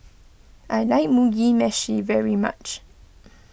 I like Mugi Meshi very much